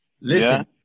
Listen